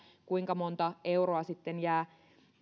kuinka monta euroa jää